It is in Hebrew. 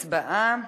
הצבעה.